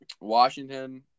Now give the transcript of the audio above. Washington